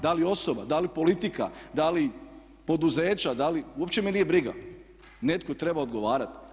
Da li osoba, da li politika, da li poduzeća uopće me nije briga, netko treba odgovarati.